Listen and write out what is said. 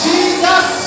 Jesus